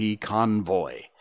convoy